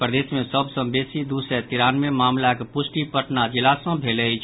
प्रदेश मे सभ सँ बेसी दू सय तिरानवे मामिलाक पुष्टि पटना जिला सँ भेल अछि